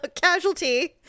casualty